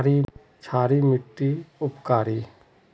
क्षारी मिट्टी उपकारी?